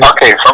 Okay